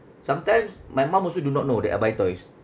sometimes my mum also do not know that I buy toys